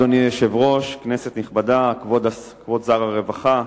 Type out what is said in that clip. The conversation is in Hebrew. אדוני היושב-ראש, כנסת נכבדה, כבוד שר הרווחה,